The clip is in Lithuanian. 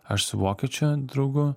aš su vokiečiu draugu